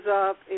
up